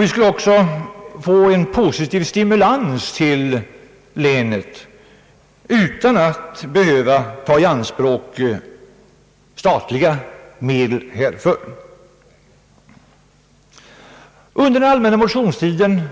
Vi skulle också få en positiv stimulans för länet utan att behöva ta statliga medel i anspråk. Under den allmänna motionstiden